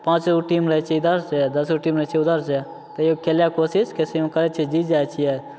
पाँच गो टीम रहै छिए इधरसे दस गो टीम रहै छै उधरसे तैओ खेलैके कोशिश कइसेहिओ करै छिए जीति जाइ छिए